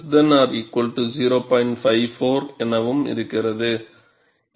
54 எனவும் இருக்கிறது